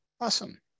Awesome